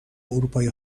اروپایی